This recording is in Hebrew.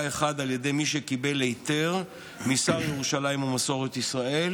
אחד על ידי מי שקיבל היתר משר ירושלים ומסורת ישראל,